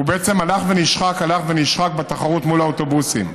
בעצם הלך ונשחק, הלך ונשחק בתחרות מול האוטובוסים.